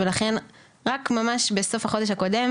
רק ממש בסוף החודש הקודם